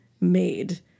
made